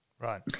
Right